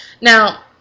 now